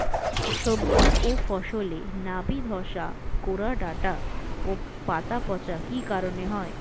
সবজি ও ফসলে নাবি ধসা গোরা ডাঁটা ও পাতা পচা কি কারণে হয়?